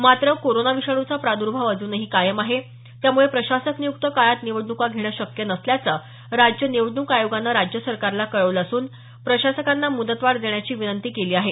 मात्र कोरोना विषाणूचा प्रादर्भाव अजूनही कायम आहे त्यामुळे प्रशासक नियुक्त काळात निवडणुका घेणं शक्य नसल्याचं राज्य निवडणूक आयोगानं राज्य सरकारला कळवलं असून प्रशासकांना मुदतवाढ देण्याची विनंती केली आहे